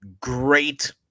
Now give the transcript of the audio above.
great